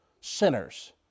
sinners